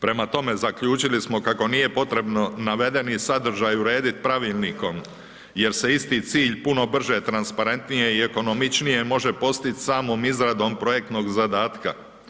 Prema tome, zaključili smo kako nije potrebno navedeni sadržaj uredit pravilnikom jer se isti cilj puno brže transparentnije i ekonomičnije može postić samom izradom projektnog zadatka.